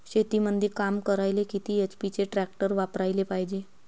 शेतीमंदी काम करायले किती एच.पी चे ट्रॅक्टर वापरायले पायजे?